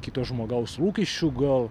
kito žmogaus lūkesčių gal